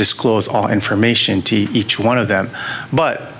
disclose all information to each one of them but